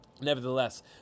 Nevertheless